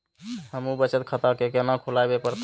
हमू बचत खाता केना खुलाबे परतें?